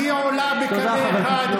והיא עולה בקנה אחד,